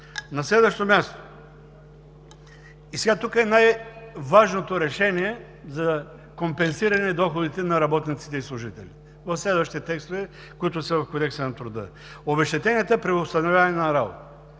На следващо място, тук е най-важното решение за компенсиране на доходите на работниците и служителите – в следващите текстове, които са в Кодекса на труда – обезщетенията при преустановяване на